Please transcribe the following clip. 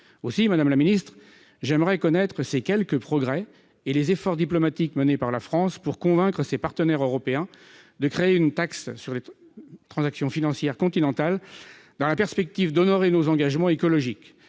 Aussi, madame la secrétaire d'État, j'aimerais connaître les quelques progrès et les efforts diplomatiques menés par la France pour convaincre ses partenaires européens de créer une TTF continentale dans la perspective d'honorer nos engagements écologiques.